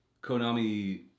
Konami